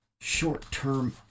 short-term